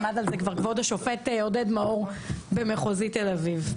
עמד על זה כבר כבוד השופט עודד מאור במחוזי תל אביב.